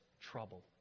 trouble